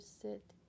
sit